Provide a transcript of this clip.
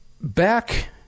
Back